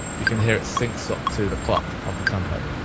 you can hear it syncs up to the clock of the tempo.